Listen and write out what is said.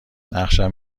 نقشم